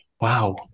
Wow